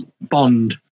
bond